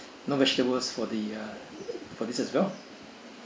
no vegetables for the uh for this as well